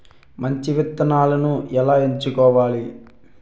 మంచి విత్తనాలను ఎలా ఎంచుకోవాలి?